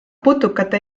putukate